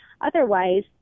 otherwise